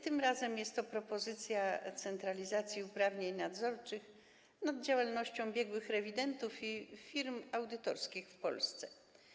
Tym razem jest to propozycja centralizacji uprawnień nadzorczych nad działalnością biegłych rewidentów i firm audytorskich w Polsce.